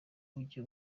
ujye